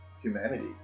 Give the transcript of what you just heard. humanity